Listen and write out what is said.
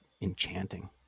enchanting